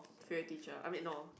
favourite teacher I mean no